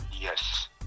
Yes